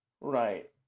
right